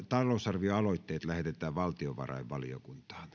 talousarvioaloitteet lähetetään valtiovarainvaliokuntaan